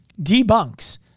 debunks